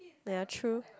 ya true